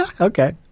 Okay